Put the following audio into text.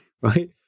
right